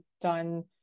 done